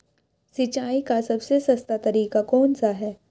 सिंचाई का सबसे सस्ता तरीका कौन सा है?